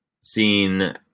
seen